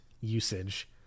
usage